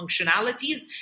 functionalities